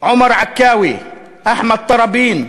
עומר עכאווי, אחמד טראבין,